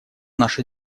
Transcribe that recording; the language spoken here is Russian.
наша